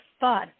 fun